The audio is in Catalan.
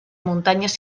muntanyes